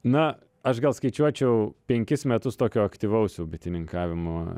na aš gal skaičiuočiau penkis metus tokio aktyvaus jau bitininkavimo